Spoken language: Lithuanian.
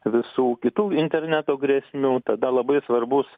visų kitų interneto grėsmių tada labai svarbus